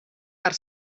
per